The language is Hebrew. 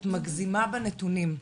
את מגזימה בנתונים,